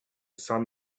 sun